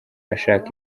ashaka